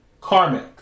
Karmic